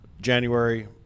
January